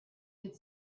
could